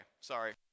sorry